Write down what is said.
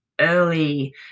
early